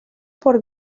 por